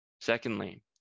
Secondly